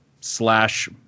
slash